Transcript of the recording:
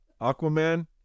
Aquaman